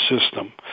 system